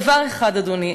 דבר אחד, אדוני,